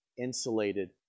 insulated